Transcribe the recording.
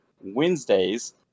Wednesdays